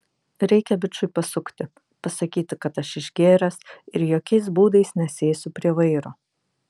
reikia bičui pasukti pasakyti kad aš išgėręs ir jokiais būdais nesėsiu prie vairo